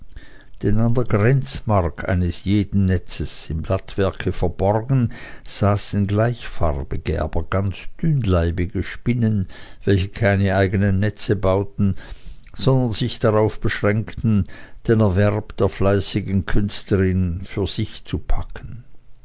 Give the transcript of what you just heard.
der grenzmark eines jeden netzes im blattwerke verborgen saßen gleichfarbige aber ganz dünnleibige spinnen welche keine eigenen netze bauten sondern sich darauf beschränkten den erwerb der fleißigen künstlerinnen für sich zu packen